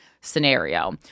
scenario